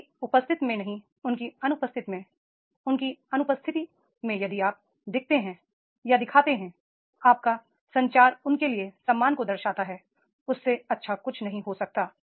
उनकी उपस्थिति में नहीं उनकी अनुपस्थिति में उनकी अनुपस्थिति में यदि आप दिखाते हैं आपका संचार उनके लिए सम्मान को दर्शाता है उससे अच्छा कुछ नहीं हो सकता